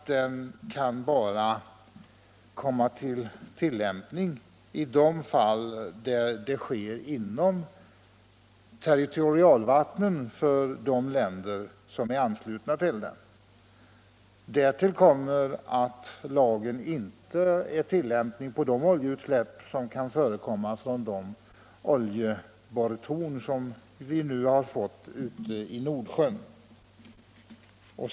Denna lag kan emellertid bara tillämpas på oljeutsläpp inom de till konventionen anslutna ländernas territorialvatten. Därtill kommer att lagen inte är tillämplig på oljeutsläpp från de oljeborrtorn som nu finns ute i Nordsjön.